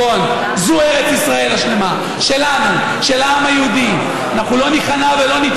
לאור יום את ההורים והסבים של כולנו עבור בצע